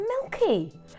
milky